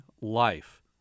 life